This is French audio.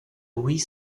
huit